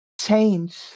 change